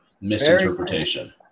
misinterpretation